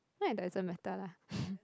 no it doesn't matter lah